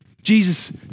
Jesus